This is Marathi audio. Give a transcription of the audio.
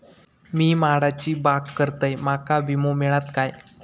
मी माडाची बाग करतंय माका विमो मिळात काय?